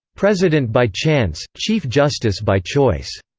president by chance, chief justice by choice.